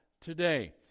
today